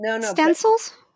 stencils